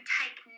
take